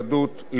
לימודים,